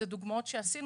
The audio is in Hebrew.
אלה תכניות שעשינו.